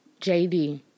JD